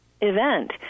event